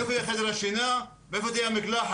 איפה יהיה חדר השינה ואיפה תהיה המקלחת.